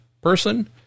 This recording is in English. person